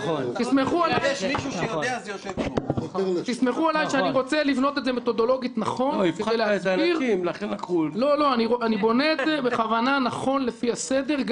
תסמכו עלי שאני רוצה לבנות את זה מתודולוגית נכון לפי הסדר,